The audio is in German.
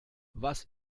was